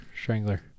Strangler